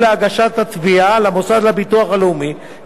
להגשת התביעה למוסד לביטוח לאומי, ואולם